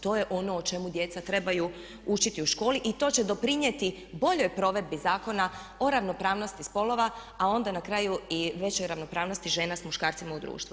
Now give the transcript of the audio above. To je ono o čemu djeca trebaju učiti u školi i to će doprinijeti boljoj provedbi Zakona o ravnopravnosti spolova a onda na kraju i većoj ravnopravnosti žena sa muškarcima u društvu.